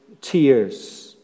tears